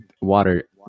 water